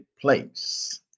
place